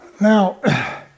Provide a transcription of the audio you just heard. Now